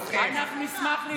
אנחנו נשמח ללמוד.